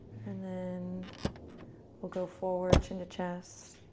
then we'll go forward into chest,